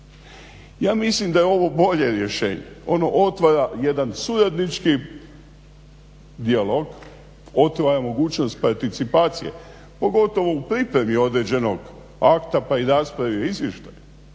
Ja mislim da je ovo bolje rješenje. Ono otvara jedan suradnički dijalog, otvara mogućnost participacije pogotovo u pripremi određenog akta pa i raspravi o izvještaju,